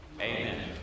Amen